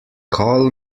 call